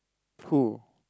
who